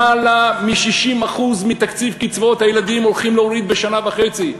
למעלה מ-60% מקצבאות הילדים הולכים להוריד בשנה וחצי.